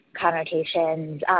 connotations